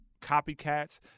copycats